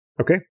Okay